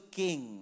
king